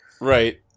Right